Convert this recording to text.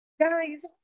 Guys